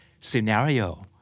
scenario